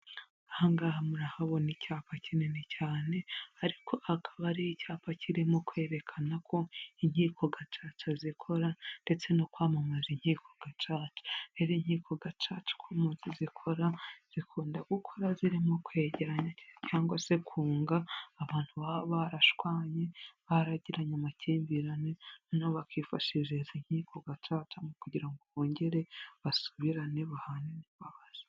Ahangaha murahabona icyapa kinini cyane ariko akaba ari icyapa kirimo kwerekana uko inkiko gacaca zikora ndetse no kwamamaza inkiko gacaca. Rero inkiko gacaca ukuntu zikora, zikunda gukora zirimo kwegeranya cyangwa se kunga abantu baba barashwanye, baragiranye amakimbirane nabo bakifasha izo inkiko gacacamo kugira ngo bongere basubirane bahane imbabazi.